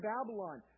Babylon